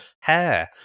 hair